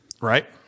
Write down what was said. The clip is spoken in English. right